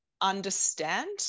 understand